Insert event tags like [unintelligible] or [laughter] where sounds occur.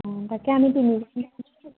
অঁ তাকে আমি তিনি [unintelligible]